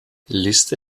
liste